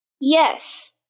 Yes